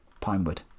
pinewood